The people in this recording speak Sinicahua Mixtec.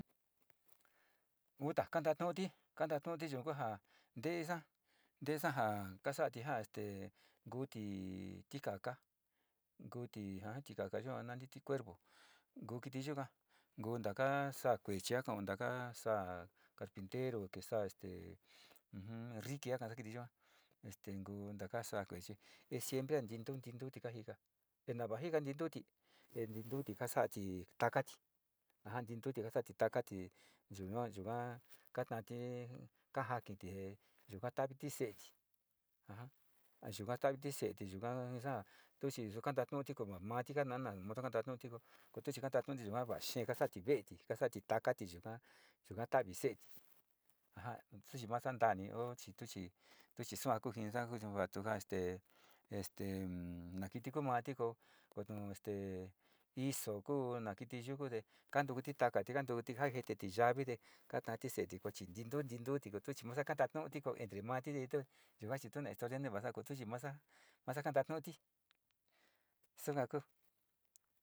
Kantatu'uti, nteesa, nteesa ja kasati ja este kuuti tikaka yua naniti cuervo nkuu kiti yuka nkuu taka saa kueechi kakao sáá carpintero tisaa este rriki kaka'a ji kiti yua este ninguu taka sáá kuechi e siempre ja tindu ntinduti kajika ¿te ntava jika ntituuti? Te nteetuuti kasa'ati takati a ja ntintuuti yuga, yuga katanti kajakiti yuka taviti se'eti a ja yuka ta'aviti yuka o sea tuchi yua kantatu'uti mate kana'ati naun tu'u kati, kotuchi, ka ntatuti va'a xee kasati veeti, kasati takati yuka tavi se'eti a ja tuchi ma santani o chituchituchi suaku jinisa vatu kaa este este na kiti ku matiko este iso kuu kiti yuku kantukuti te kantukutu jenteti yavi te kataati seeti ko chi ntitu kochi kantatu'utienta mati yaga chi tu yuga chi tu historia nee vasa ko tu chi masa kantatu'uti suka ku.